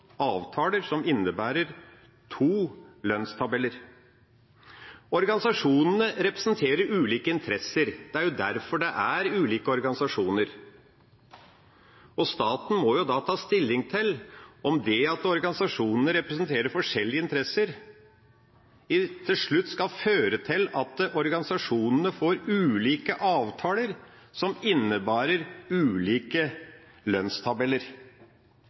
avtaler som innebærer to lønnstabeller. Organisasjonene representerer ulike interesser. Det er jo derfor det er ulike organisasjoner. Staten må da ta stilling til om det at organisasjonene representerer forskjellige interesser, til slutt skal føre til at organisasjonene får ulike avtaler som innebærer ulike lønnstabeller.